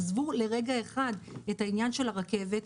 עזבו לרגע אחד את העניין של הרכבת.